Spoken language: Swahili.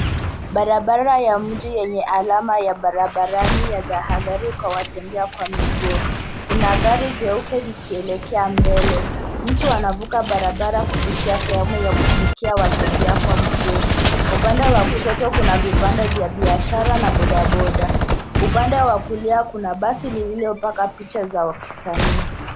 Barabara ya mji yenye alama ya barabarani ya tahadhari kwa watembea kwa miguu. Kuna gari jeupe likielekea mbele, mtu anavuka barabara kupitia sehemu ya kuvukia watembea kwa mguu. Upande wa kushoto kuna vibanda vya biashara na bodaboda. Upande wa kulia kuna basi lililopaka picha za kisanii.